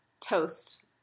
toast